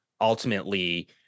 ultimately –